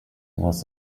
was